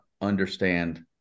understand